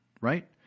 right